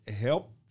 help